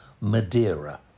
Madeira